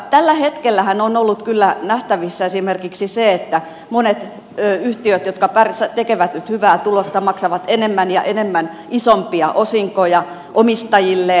tällähän hetkellä on ollut kyllä nähtävissä esimerkiksi se että monet yhtiöt jotka tekevät nyt hyvää tulosta maksavat enemmän ja enemmän isompia osinkoja omistajilleen